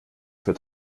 für